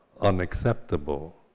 unacceptable